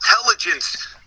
intelligence